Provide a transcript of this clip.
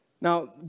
Now